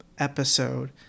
episode